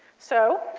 so,